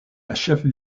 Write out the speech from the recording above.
achève